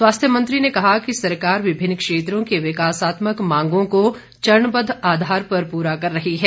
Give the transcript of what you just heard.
स्वास्थ्य मंत्री ने कहा कि सरकार विभिन्न क्षेत्रों की विकासात्मक मांगों को चरणबद्ध आधार पर पूरा कर रही है